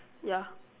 ya